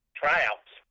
tryouts